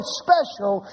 special